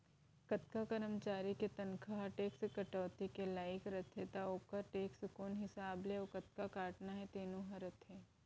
कोनों करमचारी के तनखा ह टेक्स कटौती के लाइक रथे त ओकर टेक्स कोन हिसाब ले अउ कतका काटना हे तेनो ह रथे